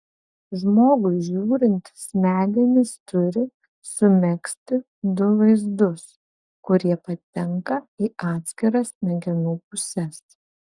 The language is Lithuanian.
žmogui žiūrint smegenys turi sumegzti du vaizdus kurie patenka į atskiras smegenų puses